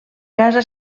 casa